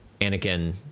Anakin